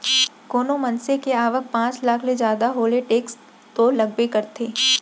कोनो मनसे के आवक पॉच लाख ले जादा हो ले टेक्स तो लगबे करथे